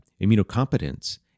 immunocompetence